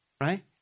right